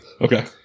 Okay